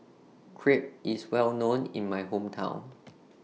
Crepe IS Well known in My Hometown